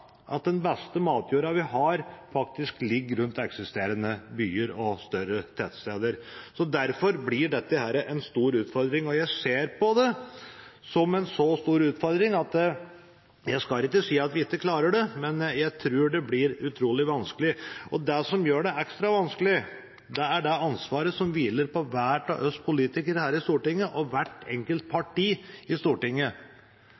at den beste matjorda vi har, faktisk ligger rundt eksisterende byer og større tettsteder. Derfor blir dette en stor utfordring. Jeg skal ikke si at vi ikke klarer det, men jeg tror det blir utrolig vanskelig. Det som gjør det ekstra vanskelig, er det ansvaret som hviler på hver av oss som politikere her i Stortinget og hvert enkelt parti i Stortinget.